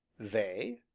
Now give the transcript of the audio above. they?